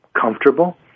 comfortable